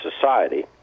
Society